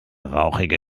rauchige